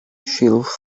shelves